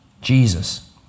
Jesus